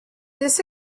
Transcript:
this